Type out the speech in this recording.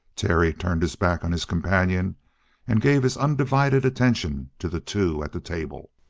terry turned his back on his companion and gave his undivided attention to the two at the table.